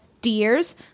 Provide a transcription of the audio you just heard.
deers